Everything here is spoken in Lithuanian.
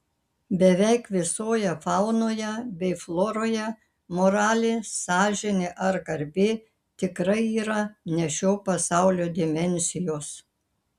beveik visoje faunoje bei floroje moralė sąžinė ar garbė tikrai yra ne šio pasaulio dimensijos